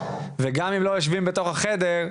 וגם אם לא יושבים בתוך החדר,